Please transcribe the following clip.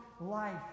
life